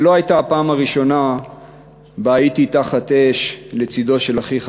זו לא הייתה הפעם הראשונה שהייתי תחת אש לצדו של אחיך,